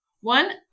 One